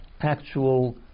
actual